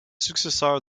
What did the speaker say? successeurs